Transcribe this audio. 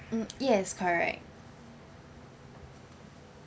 mm yes correct